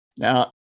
Now